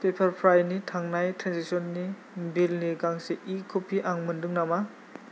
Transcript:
पेपारफ्राइनि थांनाय ट्रेन्जेक्सननि बिलनि गांसे इ कपि आं मोनदों नामा